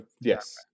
Yes